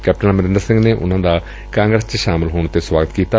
captain Amarinder Singh ਨੇ ਉਨੂਾ ਦਾ ਕਾਗਰਸ ਚ ਸ਼ਾਮਲ ਹੋਣ ਤੇ ਸੁਆਗਤ ਕੀਤਾ